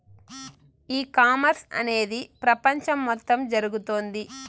ఈ కామర్స్ అనేది ప్రపంచం మొత్తం జరుగుతోంది